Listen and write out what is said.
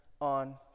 on